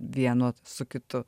vieno su kitu